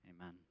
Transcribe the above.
Amen